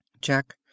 Jack